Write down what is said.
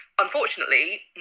Unfortunately